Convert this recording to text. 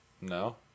No